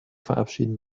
verabschieden